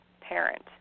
parent